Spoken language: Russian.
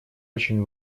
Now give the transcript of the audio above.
очень